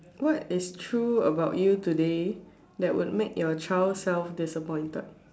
what is true about you today that would make your child self disappointed